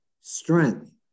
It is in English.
strength